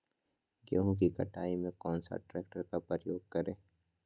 गेंहू की कटाई में कौन सा ट्रैक्टर का प्रयोग करें?